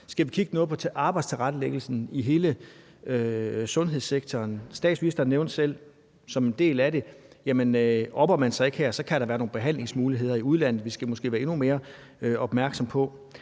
skal kigge på noget ved arbejdstilrettelæggelsen i hele sundhedssektoren. Statsministeren nævnte selv som en del af det, at opper man sig ikke her, kan der være nogle behandlingsmuligheder i udlandet, vi måske skal være endnu mere opmærksomme på.